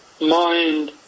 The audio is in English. Mind